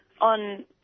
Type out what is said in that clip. on